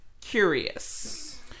curious